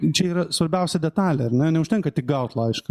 čia yra svarbiausia detalė ar ne neužtenka tik gaut laišką